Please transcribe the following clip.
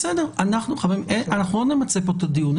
חברים, אנחנו לא נמצה פה את הדיון.